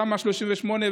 תמ"א 38,